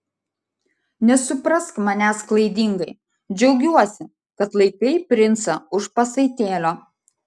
nesuprask manęs klaidingai džiaugiuosi kad laikai princą už pasaitėlio